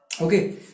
Okay